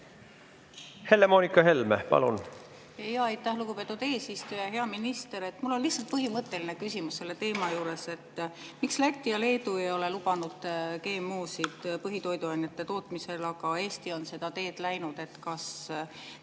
Helle-Moonika Helme, palun!